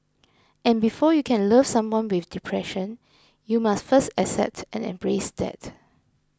and before you can love someone with depression you must first accept and embrace that